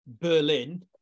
Berlin